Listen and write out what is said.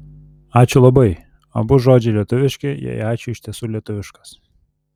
ačiū labai abu žodžiai lietuviški jei ačiū iš tiesų lietuviškas